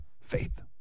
Faith